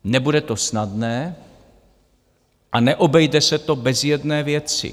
Nebude to snadné a neobejde se to bez jedné věci.